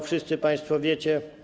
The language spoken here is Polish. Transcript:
Wszyscy państwo wiecie.